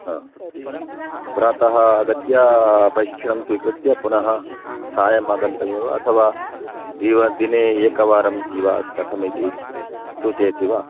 प्रातः आगत्य प्रशिक्षणं स्वीकृत्य पुनः सायम् आगन्तव्यम् अथवा दिवा दिने एकवारम् इव कथम् इति सूचयति वा